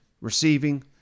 receiving